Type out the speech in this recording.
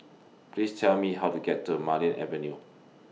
Please Tell Me How to get to Marlene Avenue